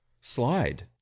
slide